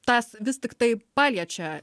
tas vis tiktai paliečia